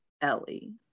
ellie